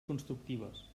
constructives